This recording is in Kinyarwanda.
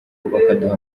bakaduha